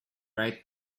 right